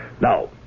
Now